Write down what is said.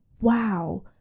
wow